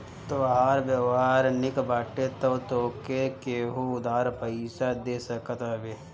तोहार व्यवहार निक बाटे तअ तोहके केहु उधार पईसा दे सकत हवे